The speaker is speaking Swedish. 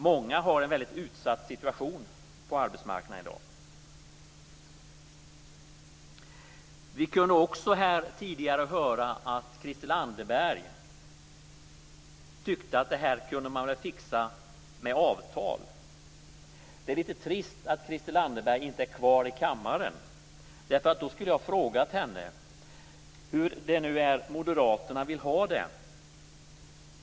Många har en mycket utsatt situation på arbetsmarknaden i dag. Vi kunde också tidigare höra att Christel Anderberg tyckte att man kunde fixa detta med avtal. Det är litet trist att Christel Anderberg inte är kvar i kammaren, därför att då skulle jag ha frågat henne hur moderaterna vill ha det.